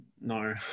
no